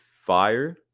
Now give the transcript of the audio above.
fire